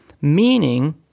meaning